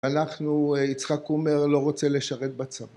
אנחנו, יצחק קומר לא רוצה לשרת בצבא.